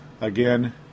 again